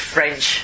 French